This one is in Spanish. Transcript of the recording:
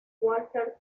walter